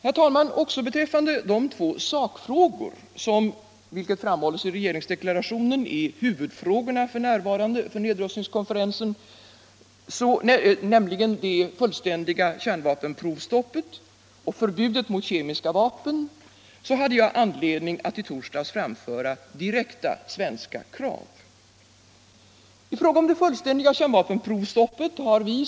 Herr talman! Också beträffande de två sakfrågor, som — vilket framhålles i regeringsdeklarationen — är huvudfrågorna f. n. för nedrustningskonferensen. nämligen det fullständiga kärnvapensprovstoppet och förbudet mot kemiska vapen, hade jag anledning att i torsdags framföra direkta svenska krav. I fråga om det fullständiga kärnvapenprovstoppet har vi.